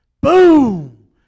Boom